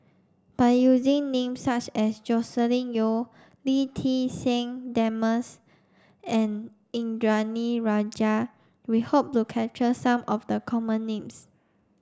by using names such as Joscelin Yeo Lee Ti Seng Desmond's and Indranee Rajah we hope to capture some of the common names